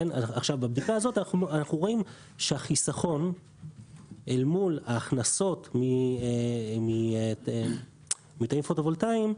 ובבדיקה הזאת אנחנו רואים שהחיסכון אל מול ההכנסות מתאים פוטו-וולטאים,